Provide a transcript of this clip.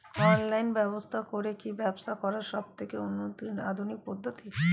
Online ব্যবসা করে কি ব্যবসা করার সবথেকে আধুনিক পদ্ধতি?